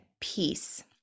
peace